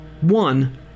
one